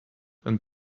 and